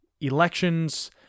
elections